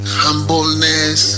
humbleness